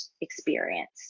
experience